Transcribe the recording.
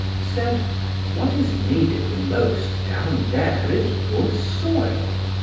said what is needed the most down there is good soil.